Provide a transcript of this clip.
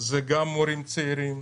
אלו גם מורים צעירים,